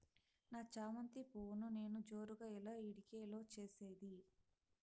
నా చామంతి పువ్వును నేను జోరుగా ఎలా ఇడిగే లో చేసేది?